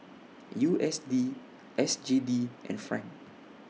U S D S G D and Franc